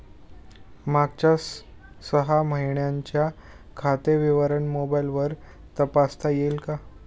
मागच्या सहा महिन्यांचे खाते विवरण मोबाइलवर तपासता येईल का?